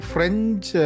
French